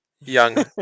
young